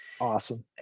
awesome